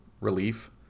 relief